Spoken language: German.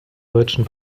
deutschen